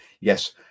yes